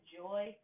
joy